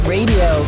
Radio